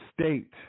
state